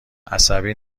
عصبی